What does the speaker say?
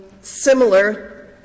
similar